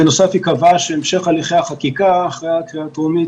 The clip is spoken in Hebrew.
בנוסף היא קבעה שהמשך הליכי החקיקה אחרי הקריאה הטרומית,